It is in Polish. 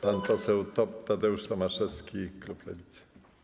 Pan poseł Tadeusz Tomaszewski, klub Lewica.